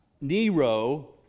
Nero